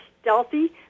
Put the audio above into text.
stealthy